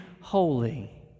holy